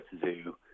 Zoo